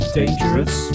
dangerous